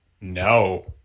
No